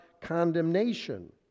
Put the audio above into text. condemnation